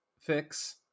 fix